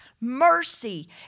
mercy